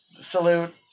salute